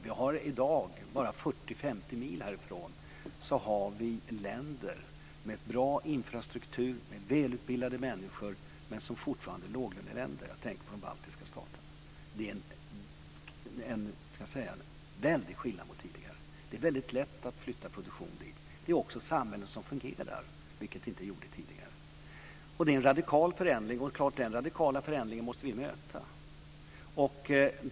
Vi har i dag, bara 40-50 mil härifrån, länder med bra infrastruktur och med välutbildade människor. Men de är fortfarande låglöneländer. Jag tänker på de baltiska staterna. Det är en mycket stor skillnad mot tidigare. Det är väldigt lätt att flytta produktion dit. Det är också samhällen som fungerar, vilket de inte gjorde tidigare. Det är en radikal förändring. Och det är klart att vi måste möta denna radikala förändring.